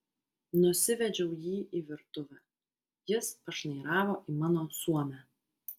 nusivedžiau jį į virtuvę jis pašnairavo į mano suomę